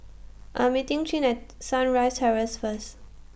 I'm meeting Chin At Sunrise Terrace First